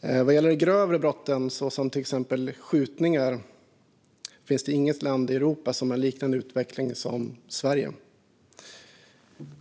Vad gäller de grövre brotten, till exempel skjutningar, finns det inget annat land i Europa som har en utveckling som liknar Sveriges.